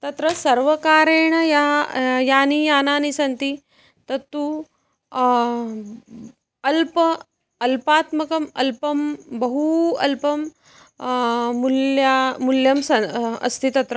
तत्र सर्वकारेण या यानि यानानि सन्ति तत्तु अल्प अल्पात्मकम् अल्पं बहू अल्पं मूल्या मूल्यं स् अस्ति तत्र